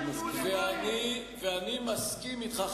ואני מסכים אתך,